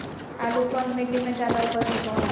आलू कौन मिट्टी में जादा ऊपज होबो हाय?